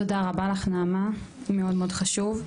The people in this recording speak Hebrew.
תודה רבה לך, נעמה, מאוד מאוד חשוב.